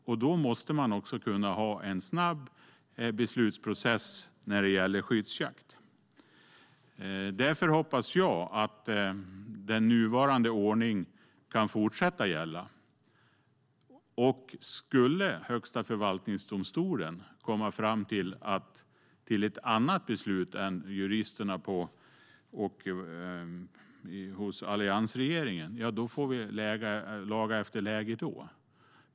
Och då måste man också kunna ha en snabb beslutsprocess när det gäller skyddsjakt. Därför hoppas jag att den nuvarande ordningen kan fortsätta gälla. Skulle Högsta förvaltningsdomstolen komma fram till ett annat beslut än juristerna hos den tidigare alliansregeringen får vi laga efter läge då.